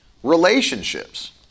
relationships